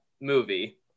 movie